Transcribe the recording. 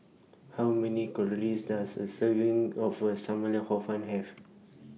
How Many Calories Does A Serving of SAM Lau Hor Fun Have